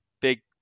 big